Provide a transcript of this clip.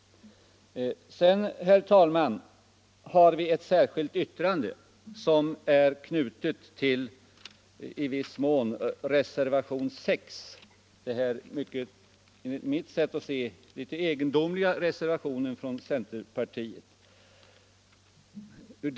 Sedan, herr talman, har vi avgivit ett särskilt yttrande, som i viss mån är knutet till reservationen 6 från centerpartiet.